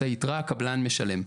את היתרה הקבלן משלם.